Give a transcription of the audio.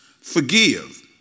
forgive